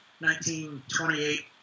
1928